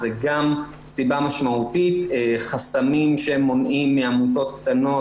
זו גם סיבה משמעותית - חסמים שמונעים מעמותות קטנות,